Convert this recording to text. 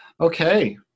okay